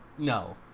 No